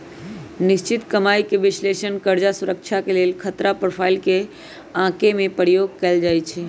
निश्चित कमाइके विश्लेषण कर्जा सुरक्षा के लेल खतरा प्रोफाइल के आके में प्रयोग कएल जाइ छै